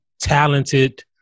talented